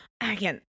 again